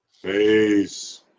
face